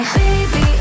baby